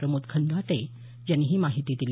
प्रमोद खंदाटे यांनी ही माहिती दिली